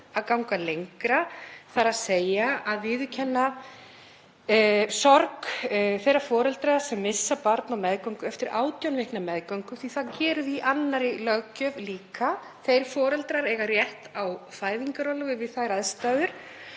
að ganga lengra, þ.e. að viðurkenna sorg þeirra foreldra sem missa barn á meðgöngu, eftir 18 vikna meðgöngu því að það gerir það í annarri löggjöf líka. Þeir foreldrar eiga rétt á fæðingarorlofi við þær aðstæður.